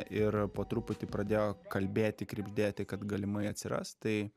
ir po truputį pradėjo kalbėti krebždėti kad galimai atsiras tai